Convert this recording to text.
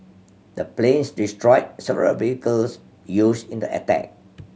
the planes destroyed several vehicles used in the attack